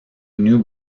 new